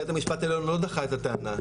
בית המשפט העליון לא דחה את הטענה,